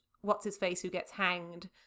What's-His-Face-Who-Gets-Hanged